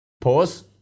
Pause